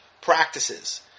practices